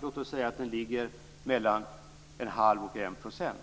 Låt oss säga att den ligger mellan en halv och en procent.